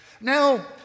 Now